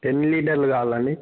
ten లీటర్లు కావాలాండి